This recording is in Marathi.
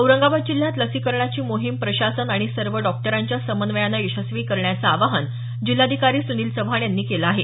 औरंगाबाद जिल्ह्यात लसीकरणाची मोहिम प्रशासन आणि सर्व डॉक्टरांच्या समन्वयानं यशस्वी करण्याचं आवाहन जिल्हाधिकारी सुनील चव्हाण यांनी केलं आहे